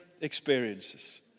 experiences